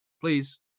please